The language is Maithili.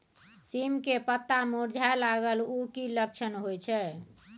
सीम के पत्ता मुरझाय लगल उ कि लक्षण होय छै?